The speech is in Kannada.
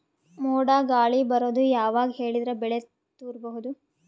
ಮೋಡ ಗಾಳಿ ಬರೋದು ಯಾವಾಗ ಹೇಳಿದರ ಬೆಳೆ ತುರಬಹುದು?